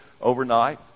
overnight